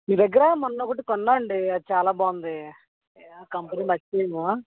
మీ దగ్గర మొన్న ఒకటి కొన్నాను అండి అది చాలా బాగుంది ఏ కంపెనీ మర్చిపోయాను